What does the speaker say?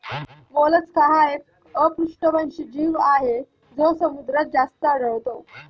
Mollusca हा एक अपृष्ठवंशी जीव आहे जो समुद्रात जास्त आढळतो